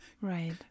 Right